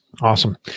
Awesome